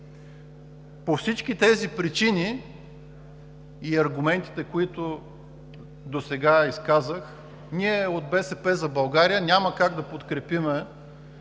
По всички тези причини и аргументите, които досега изказах, ние от „БСП за България“ няма как да подкрепим